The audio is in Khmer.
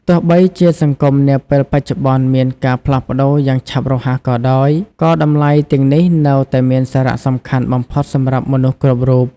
ទោះបីជាសង្គមនាពេលបច្ចុប្បន្នមានការផ្លាស់ប្តូរយ៉ាងឆាប់រហ័សក៏ដោយ ក៏តម្លៃទាំងនេះនៅតែមានសារៈសំខាន់បំផុតសម្រាប់មនុស្សគ្រប់រូប។